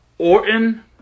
Orton